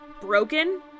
broken